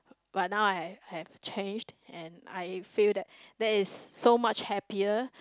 but I've have changed and I feel that that's so much happier